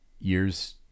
year's